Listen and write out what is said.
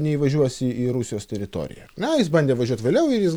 neįvažiuosi į rusijos teritoriją na jis bandė važiuot vėliau ir jis